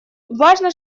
важно